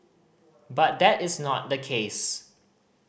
but that is not the case